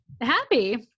happy